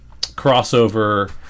crossover